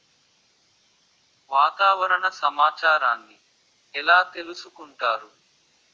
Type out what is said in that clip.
వాతావరణ సమాచారాన్ని ఎలా తెలుసుకుంటారు?